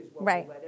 Right